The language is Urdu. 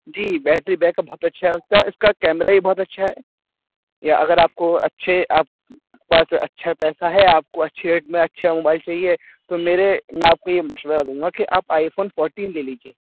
جی بیٹری بیک اپ بہت اچھا سر اس کا کیمرا بھی بہت اچھا ہے یا اگر آپ کو اچھے آپ کے پاس اچھا پیسہ ہے آپ کو اچھے ریٹ میں اچھے موبائل چاہیے تو میرے میں آپ کو یہ مشورہ دوں گا کہ آپ آئی فون فورٹین لے لیجیے